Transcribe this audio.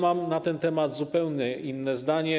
Mam na ten temat zupełnie inne zdanie.